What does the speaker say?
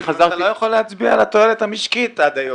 אבל אתה לא יכול להצביע על התועלת המשקית עד היום.